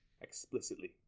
explicitly